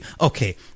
okay